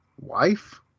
wife